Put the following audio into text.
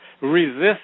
resist